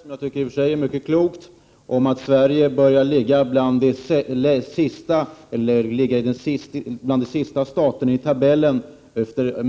Herr talman! Det finns två saker i Paul Lestanders inlägg som jag skulle vilja kommentera. Det första är hans påpekande om att Sverige börjar ligga bland de sista länderna i tabellen över